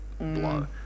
blow